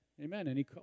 Amen